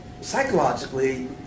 psychologically